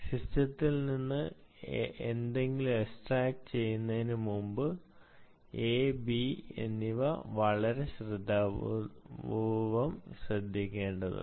സിസ്റ്റത്തിൽ നിന്ന് എന്തെങ്കിലും എക്സ്ട്രാക്റ്റുചെയ്യുന്നതിന് മുമ്പ് നിങ്ങൾ എ ബി എന്നിവ വളരെ ശ്രദ്ധാപൂർവ്വം ശ്രദ്ധിക്കേണ്ടതുണ്ട്